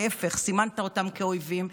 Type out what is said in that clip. להפך, סימנת אותם כאויבים.